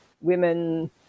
Women